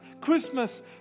Christmas